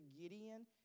Gideon